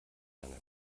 lange